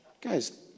Guys